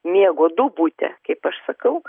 miego duobutę kaip aš sakau